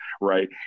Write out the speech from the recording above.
right